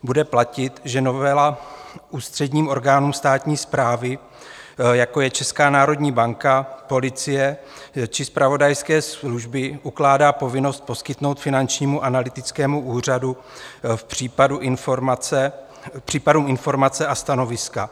Bude platit, že novela ústředním orgánům státní správy, jako je Česká národní banka, policie či zpravodajské služby, ukládá povinnost poskytnout Finančnímu analytickému úřadu případné informace a stanoviska.